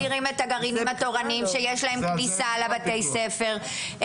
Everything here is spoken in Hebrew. הגרעינים התורניים שנכנסים לבתי ספר,